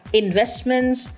investments